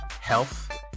health